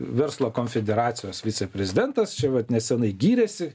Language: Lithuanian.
verslo konfederacijos viceprezidentas čia vat neseniai gyrėsi